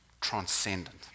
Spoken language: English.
transcendent